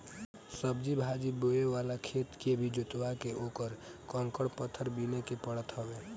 सब्जी भाजी बोए वाला खेत के भी जोतवा के उकर कंकड़ पत्थर बिने के पड़त हवे